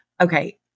okay